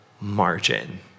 margin